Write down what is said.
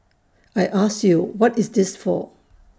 I ask you what is this for